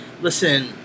listen